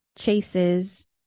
Chases